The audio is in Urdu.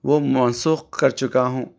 وہ منسوخ کر چُکا ہوں